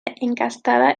encastada